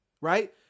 right